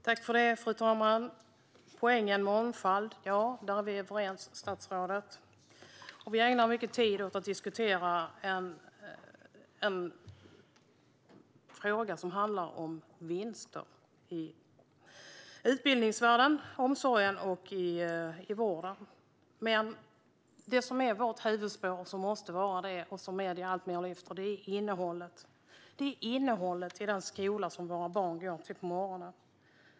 Fru talman! Det är en poäng med mångfald. Ja, statsrådet, där är vi överens. Vi ägnar mycket tid åt att diskutera en fråga som handlar om vinster i utbildningsvärlden, omsorgen och vården. Men det som är vårt huvudspår - som måste vara det och som är det i allt vi har lyft - är innehållet. Det är innehållet i den skola som våra barn går till på morgonen.